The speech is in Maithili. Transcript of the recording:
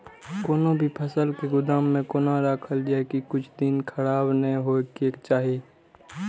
कोनो भी फसल के गोदाम में कोना राखल जाय की कुछ दिन खराब ने होय के चाही?